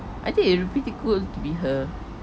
I think it'll be pretty cool to be her